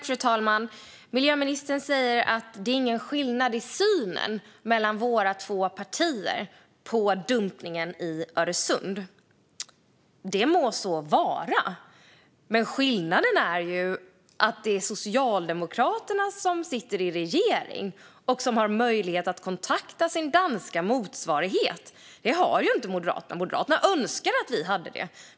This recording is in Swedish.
Fru talman! Miljöministern säger att det inte finns någon skillnad mellan våra två partier i fråga om synen på dumpningen i Öresund. Må så vara! Men skillnaden är att det är Socialdemokraterna som sitter i regeringen och har möjlighet att kontakta sin danska motsvarighet. Det har inte Moderaterna. Vi önskar att vi hade det.